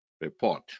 report